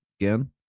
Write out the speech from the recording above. Again